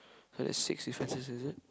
that's six differences is it